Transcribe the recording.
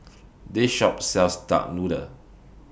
This Shop sells Duck Noodle